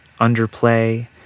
underplay